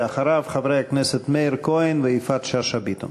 אחריו, חברי הכנסת מאיר כהן ויפעת שאשא ביטון.